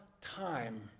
time